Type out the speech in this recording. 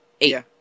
Eight